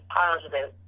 positive